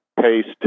paste